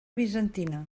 bizantina